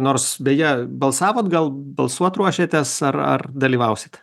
nors beje balsavot gal balsuot ruošiatės ar ar dalyvausite